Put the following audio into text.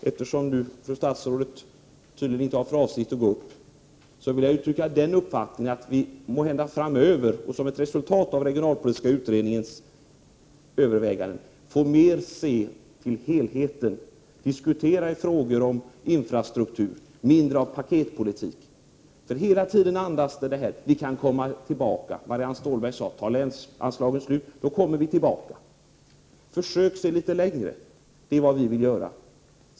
Eftersom fru statsrådet tydligen inte har för avsikt att gå upp i talarstolen mer, vill jag uttrycka den uppfattningen att vi måhända framöver och som ett resultat av den regionalpolitiska utredningens överväganden mer får se till helheten, diskutera frågor om infrastruktur och se mindre av paketpolitik. Hela tiden andas er politik: vi kan komma tillbaka. Marianne Stålberg sade att om länsanslagen tar slut kommer vi tillbaka. Försök se litet längre! Det är vad vi vill göra.